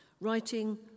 writing